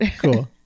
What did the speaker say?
Cool